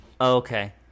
Okay